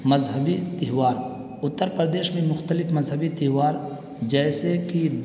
مذہبی تیوہار اتر پردیش میں مختلف مذہبی تیوہار جیسے کہ